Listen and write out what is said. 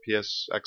PS